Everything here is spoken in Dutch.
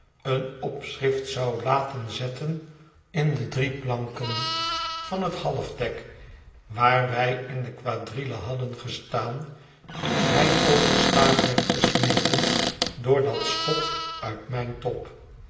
een opschrift zou laten zetten in de planken van het halfdek waar wij in de quadrille hadden gestaan toen hij overstaag werd gesmeten door dat schot uit mijn top